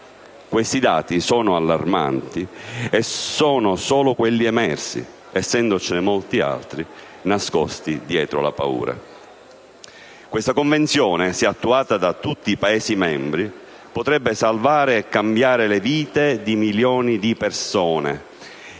Questi dati sono allarmanti e sono solo quelli emersi, essendocene molti altri nascosti dietro la paura. La Convenzione in esame, se attuata da tutti i Paesi membri, potrebbe salvare e cambiare la vita di milioni di persone